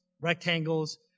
rectangles